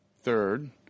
Third